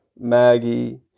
Maggie